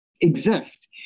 exist